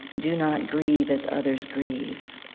do not grieve as others grieve.